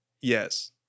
Yes